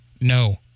No